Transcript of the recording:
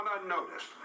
unnoticed